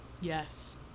Yes